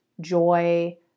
joy